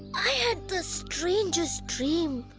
i had the strangest dream